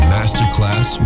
Masterclass